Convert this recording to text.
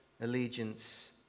allegiance